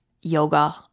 yoga